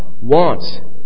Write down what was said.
wants